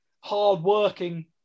hard-working